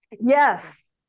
Yes